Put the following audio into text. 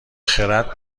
خرد